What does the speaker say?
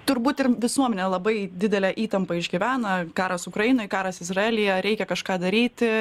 turbūt ir visuomenė labai didelę įtampą išgyvena karas ukrainoj karas izraelyje reikia kažką daryti